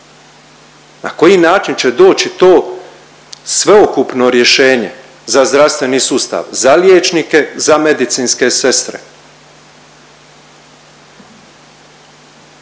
Na koji način će doći to sveukupno rješenje za zdravstveni sustav za liječnike, za medicinske sestre?